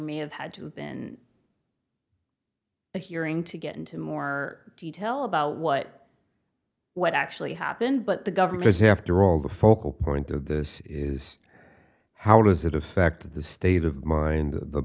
may have had to have been a hearing to get into more detail about what what actually happened but the government is after all the focal point of this is how does it affect the state of mind